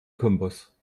kompass